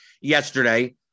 yesterday